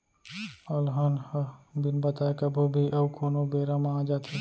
अलहन ह बिन बताए कभू भी अउ कोनों बेरा म आ जाथे